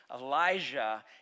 Elijah